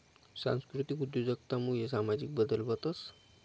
सांस्कृतिक उद्योजकता मुये सामाजिक बदल व्हतंस